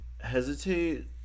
hesitate